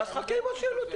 חכה עם השאלות.